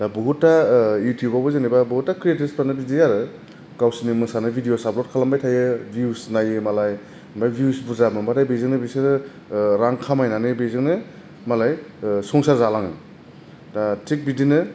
बहुतथा ओ इउथुबावबो जेनबा बहुतथा खृएथरसफ्रानो बिदि आरो गावसिनि मोसानाय भिदिअस आफलद खालामबाय थायो भिउस नायो मालाय ओमफ्राय भिउस बुरजा मोनबाथाय बेजोंनो बिसोरो रां खामायनानै बेजोंनो मालाय संसार जालाङो दा थिग बिदिनो